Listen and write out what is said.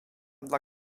dla